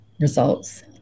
results